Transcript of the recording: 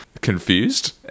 confused